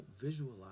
visualize